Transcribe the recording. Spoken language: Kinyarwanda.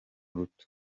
ruto